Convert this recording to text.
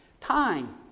time